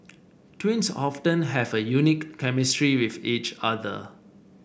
twins often have a unique chemistry with each other